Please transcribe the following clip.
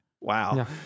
Wow